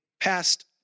passed